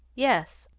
yes,